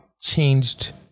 changed